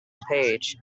page